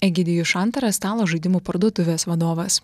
egidijus šantaras stalo žaidimų parduotuvės vadovas